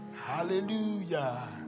Hallelujah